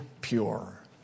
pure